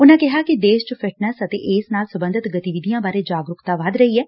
ਉਨੂਾ ਕਿਹਾ ਕਿ ਦੇਸ਼ ਚ ਫਿਟਨੈਸ ਅਤੇ ਇਸ ਨਾਲ ਸਬੰਧਤ ਗਤੀਵਿਧੀਆਂ ਬਾਰੇ ਜਾਗਰੂਕਤਾ ਵੱਧ ਰਹੀ ਏ